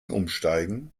umsteigen